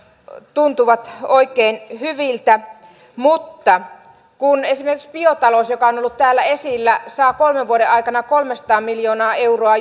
tuntuvat oikein hyviltä mutta kun esimerkiksi biotalous joka on ollut täällä esillä saa kolmen vuoden aikana kolmesataa miljoonaa euroa